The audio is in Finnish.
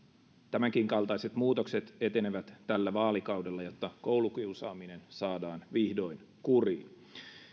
tämänkinkaltaiset muutokset etenevät tällä vaalikaudella jotta koulukiusaaminen saadaan vihdoin kuriin